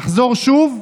נחזור שוב,